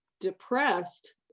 depressed